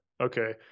okay